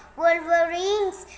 wolverines